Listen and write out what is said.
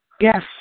Yes